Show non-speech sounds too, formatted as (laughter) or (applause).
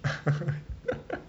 (laughs)